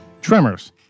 Tremors